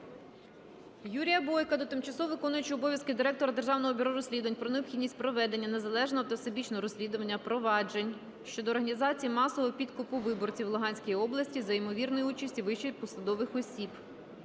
Юрія Бойка до тимчасово виконуючої обов'язки Директора Державного бюро розслідувань про необхідність проведення незалежного та всебічного розслідування проваджень щодо організації масового підкупу виборців в Луганської області за ймовірної участі вищих посадових осіб.